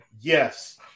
Yes